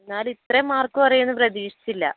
എന്നാലും ഇത്രയും മാർക്ക് കുറയുമെന്ന് പ്രതീക്ഷിച്ചില്ല